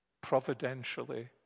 providentially